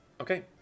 Okay